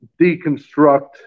deconstruct